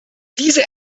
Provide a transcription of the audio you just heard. diese